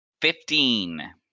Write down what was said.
Fifteen